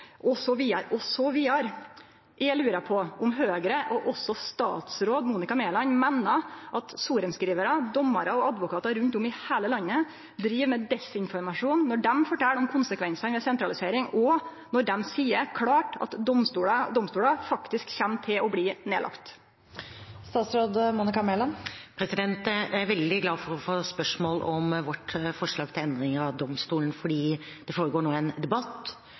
Eg lurer på om Høgre, og også statsråd Monica Mæland, meiner at sorenskrivarar, dommarar og advokatar rundt om i heile landet driv med desinformasjon når dei fortel om konsekvensane ved sentralisering, og når dei seier klart at domstolar faktisk kjem til å bli nedlagde? Jeg er veldig glad for å få spørsmål om vårt forslag til endringer av domstolene, fordi det foregår nå en debatt,